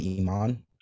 Iman